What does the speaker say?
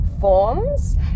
forms